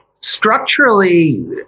structurally